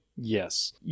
Yes